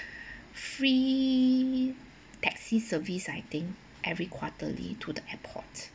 free taxi service I think every quarterly to the airport